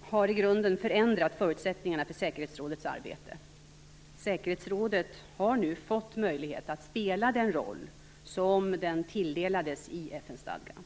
har i grunden förändrat förutsättningarna för säkerhetsrådets arbete. Säkerhetsrådet har nu fått möjlighet att spela den roll som det tilldelades i FN-stadgan.